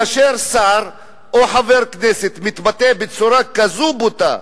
וכאשר שר או חבר כנסת מתבטא בצורה כזאת בוטה,